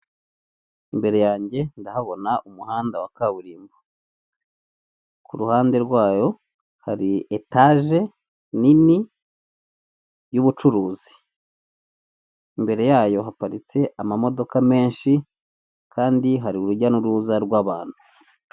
Imbere yanjye ndahabona umuhanda wa kaburimbo. Ku ruhande rwayo hari etaje nini y'ubucuruzi. Imbere yayo haparitse amamodoka menshi kandi hari urujya n'uruza rw'abantu.